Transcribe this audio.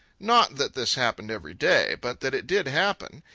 not that this happened every day, but that it did happen.